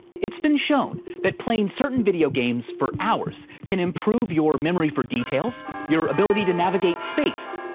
it's been shown that playing certain video games for hours can improve your memory for details, your ability to navigate space,